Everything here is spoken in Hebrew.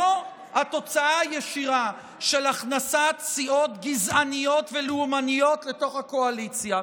זו התוצאה הישירה של הכנסת סיעות גזעניות ולאומניות לתוך הקואליציה.